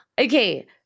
Okay